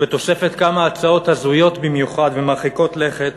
בתוספת כמה הצעות הזויות במיוחד ומרחיקות לכת